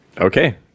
Okay